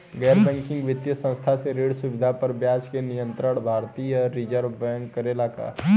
गैर बैंकिंग वित्तीय संस्था से ऋण सुविधा पर ब्याज के नियंत्रण भारती य रिजर्व बैंक करे ला का?